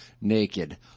naked